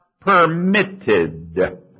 permitted